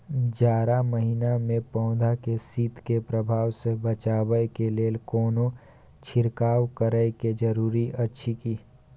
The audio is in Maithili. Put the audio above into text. जारा महिना मे पौधा के शीत के प्रभाव सॅ बचाबय के लेल कोनो छिरकाव करय के जरूरी अछि की?